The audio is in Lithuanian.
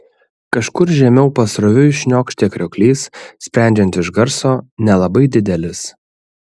kažkur žemiau pasroviui šniokštė krioklys sprendžiant iš garso nelabai didelis